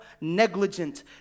negligent